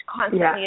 constantly